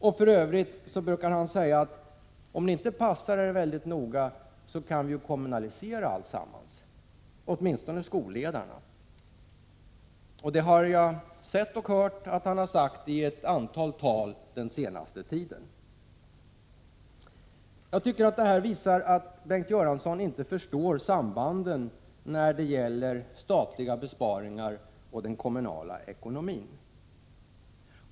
Bengt Göransson brukar tillägga: Om ni inte passar er väldigt noga, kan vi kommunalisera alltsammans — åtminstone skolledarna. Jag har läst om och hört att Bengt Göransson har sagt detta i många tal under den senaste tiden. Det han uttalat visar enligt min mening att han inte förstår sambanden mellan statliga besparingar och den kommunala ekonomin.